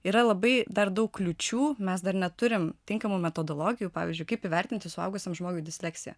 yra labai dar daug kliūčių mes dar neturim tinkamų metodologijų pavyzdžiui kaip įvertinti suaugusiam žmogui disleksiją